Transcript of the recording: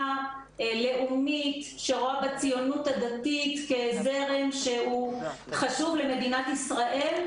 לאומית שרואה בציונות הדתית כזרם שהוא חשוב למדינת ישראל.